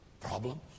problems